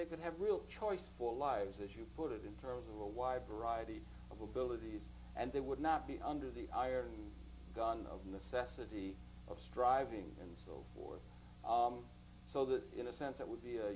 they could have real choice for lives as you put it in terms of a wide variety of abilities and they would not be under the iron gun of necessity of striving and so forth so that in a sense it would be a